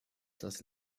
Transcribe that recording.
das